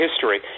history